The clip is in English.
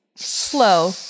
Slow